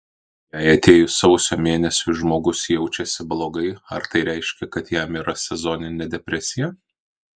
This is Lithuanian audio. jei atėjus sausio mėnesiui žmogus jaučiasi blogai ar tai reiškia kad jam yra sezoninė depresija